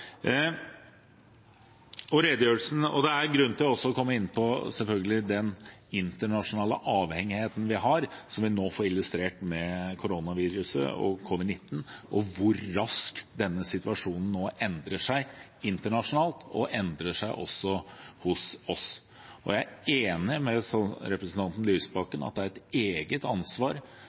grunn til å komme inn på den internasjonale avhengigheten vi har, som nå blir illustrert med koronaviruset, covid-19-viruset, og hvor raskt denne situasjonen nå endrer seg internasjonalt og hos oss. Jeg er enig med representanten Lysbakken i at man har et eget ansvar